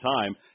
time